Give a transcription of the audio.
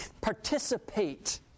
participate